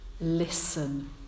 listen